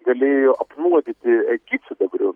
galėjo apnuodyti gyvsidabriu